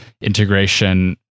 integration